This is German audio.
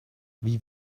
wie